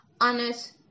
honest